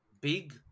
big